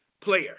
player